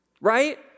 right